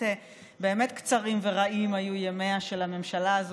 באמת קצרים ורעים היו ימיה של הממשלה הזו,